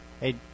Hey